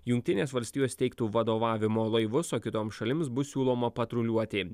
jungtinės valstijos teiktų vadovavimo laivus o kitoms šalims bus siūloma patruliuoti